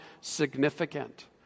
significant